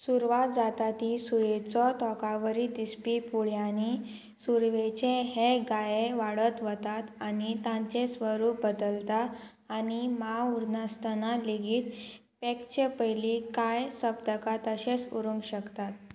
सुरवात जाता ती सुयेचो तोंका वरी दिसपी पुळयांनी सुरवेचे हे गाये वाडत वतात आनी तांचे स्वरूप बदलता आनी मांव उरनासतना लेगीत पेकचे पयलीं कांय सप्तकां तशेंच उरूंक शकतात